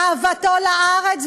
אהבתו לארץ?